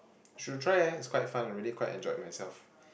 should try eh it's quite fun I really quite enjoyed myself